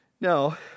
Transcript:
Now